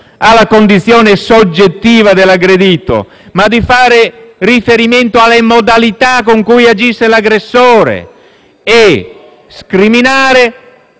alla condizione soggettiva dell'aggredito, ma alle modalità con cui agisce l'aggressore e di scriminare